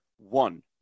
one